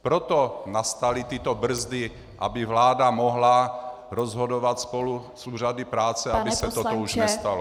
Proto nastaly tyto brzdy, aby vláda mohla rozhodovat spolu s úřady práce, aby se toto už nestalo.